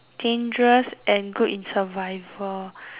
dangerous and good in survival